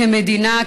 כמדינה,